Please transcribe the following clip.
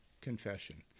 Confession